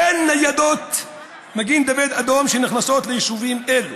אין דרכי גישה ליישובים אלו,